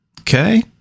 Okay